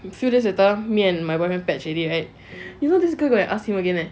few days later me and my boyfriend patch already right you know this girl go and ask him again leh